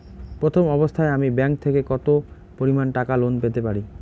প্রথম অবস্থায় আমি ব্যাংক থেকে কত পরিমান টাকা লোন পেতে পারি?